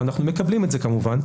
ואנחנו מקבלים את זה כמובן,